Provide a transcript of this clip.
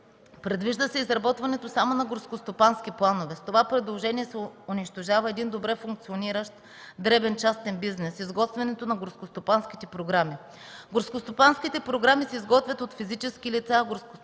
Предвижда се изработването само на горскостопански планове. С това предложение се унищожава един добре функциониращ дребен частен бизнес – изготвянето на горскостопанските програми. Горскостопанските програми се изготвят от физически лица, а горскостопанските